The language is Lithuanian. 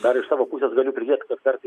dar iš savo pusės galiu pridėt kad kartais